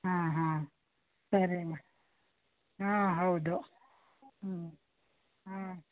ಹಾಂ ಹಾಂ ಸರಿ ಅಮ್ಮ ಹಾಂ ಹೌದು ಹ್ಞೂ ಹಾಂ